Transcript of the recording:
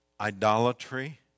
idolatry